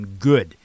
good